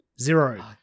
Zero